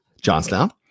Johnstown